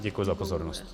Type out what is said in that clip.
Děkuji za pozornost.